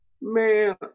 Man